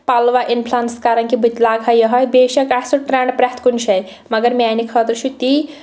پَلوا influence کَران کہِ بہٕ تہِ لاگہٕ ہا یِہوٚے بے شک اَصٕل ٹرٛینٛڈ پرٛٮ۪تھ کُنہِ جایہِ مگر میٛانہِ خٲطرٕ چھُ تی